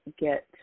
get